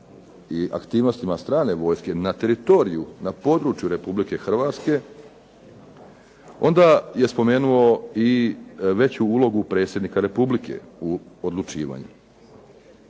i aktivnostima strane vojske na teritoriju, na području Republike Hrvatske, onda je spomenuo i veću ulogu predsjednika Republike u odlučivanju.